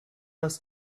las